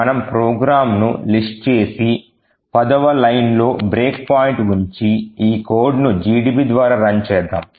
మనము ప్రోగ్రాం ను list చేసి పదవ లైన్ లో బ్రేక్ పాయింట్ ఉంచి ఈ codeను GDB ద్వారా రన్ చేద్దాము